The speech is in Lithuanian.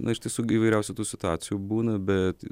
na iš tiesų įvairiausių tų situacijų būna bet